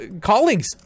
colleagues